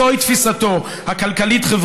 במעשים ולא בדיבורים,